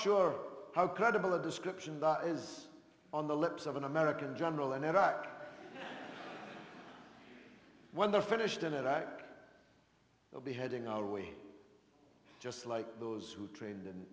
sure how credible a description is on the lips of an american general in iraq when they're finished in it i will be heading our way just like those who trained in